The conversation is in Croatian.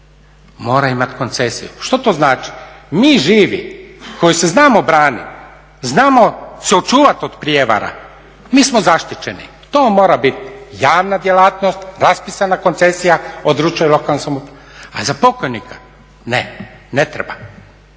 mora imati koncesiju. Što to znači? Mi živi koji se znamo braniti, znamo se očuvati od prijevara, mi smo zaštićeni, to mora biti javna djelatnost, raspisana koncesija, odlučuje lokalna samouprava, a za pokojnika ne, ne treba.